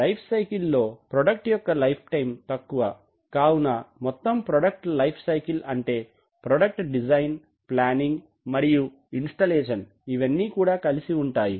life cycle లో product యొక్క lifetime తక్కువ కావున మొత్తం ప్రోడక్ట్ లైఫ్ సైకిల్ అంటే ప్రోడక్ట్ డిజైన్ ప్లానింగ్ మరియు ఇన్స్టాలేషన్ ఇవన్నీ కూడా కలిసి ఉంటాయ